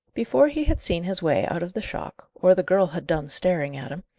before he had seen his way out of the shock, or the girl had done staring at him,